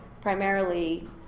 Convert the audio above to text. primarily